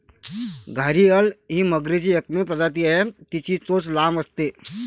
घारीअल ही मगरीची एकमेव प्रजाती आहे, तिची चोच लांब असते